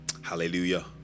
Hallelujah